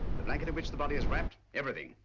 the blanket in which the body is wrapped, everything.